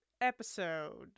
episode